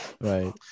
right